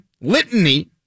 litany